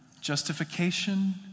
justification